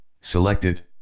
selected